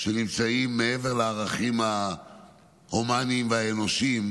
מעבר לערכים ההומניים והאנושיים,